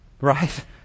Right